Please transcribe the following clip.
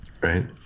right